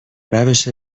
روش